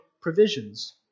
provisions